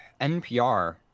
NPR